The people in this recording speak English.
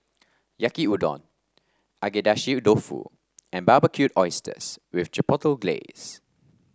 Yaki Udon Agedashi Dofu and Barbecued Oysters with Chipotle Glaze